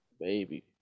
baby